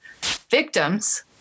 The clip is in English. victims